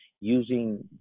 using